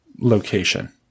location